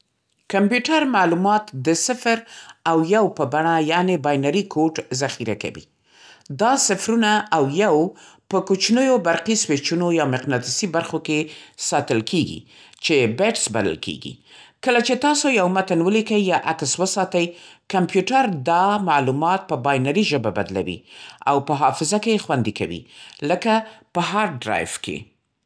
کمپیوټر معلومات د صفر او یو په بڼه، یعنې باینري کوډ، ذخیره کوي. دا صفرونه او یو په کوچنیو برقي سویچونو یا مقناطیسي برخو کې ساتل کېږي، چې بټس بلل کېږي. کله چې تاسو یو متن ولیکئ یا عکس وساتئ، کمپیوټر دا معلومات په باینري ژبه بدلوي او په حافظه کې یې خوندي کوي، لکه په هارډ ډرایو کې.